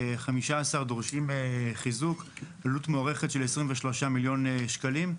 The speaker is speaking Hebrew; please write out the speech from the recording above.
15 דורשים חיזוק בעלות מוערכת של 23,000,000 שקלים.